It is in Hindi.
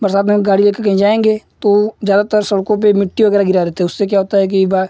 बरसात में हम गाड़ी लेकर कहीं जाएँगे तो ज़्यादातर सड़कों पर मिट्टी वग़ैरह गिरी रहती है उससे क्या होता है कि एक बार